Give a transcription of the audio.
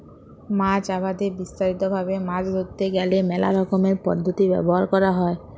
মাছ আবাদে বিস্তারিত ভাবে মাছ ধরতে গ্যালে মেলা রকমের পদ্ধতি ব্যবহার ক্যরা হ্যয়